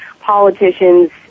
politicians